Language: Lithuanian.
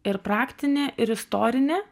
ir praktinė ir istorinė